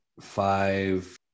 Five